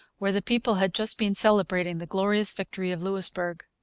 where the people had just been celebrating the glorious victory of louisbourg.